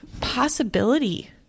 possibility